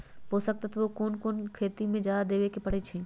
पोषक तत्व क कौन कौन खेती म जादा देवे क परईछी?